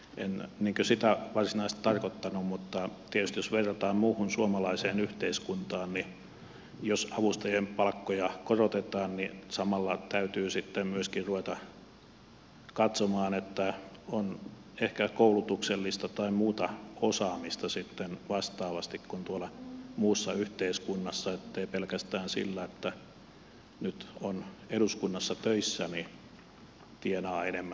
en sitä varsinaisesti tarkoittanut mutta tietysti jos verrataan muuhun suomalaiseen yhteiskuntaan niin jos avustajien palkkoja korotetaan samalla täytyy sitten myöskin ruveta katsomaan että on ehkä koulutuksellista tai muuta osaamista sitten vastaavasti kuin tuolla muussa yhteiskunnassa ettei pelkästään sillä että nyt on eduskunnassa töissä tienaa enemmän